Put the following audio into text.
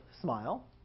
smile